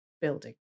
building